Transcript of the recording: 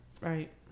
Right